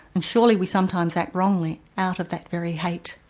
and surely we sometimes act wrongly out of that very hate,